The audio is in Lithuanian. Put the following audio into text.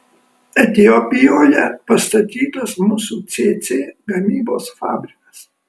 etiopijoje pastatytas musių cėcė gamybos fabrikas